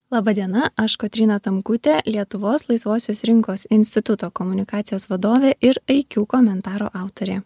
laba diena aš kotryna tamkutė lietuvos laisvosios rinkos instituto komunikacijos vadovė ir iq komentaro autorė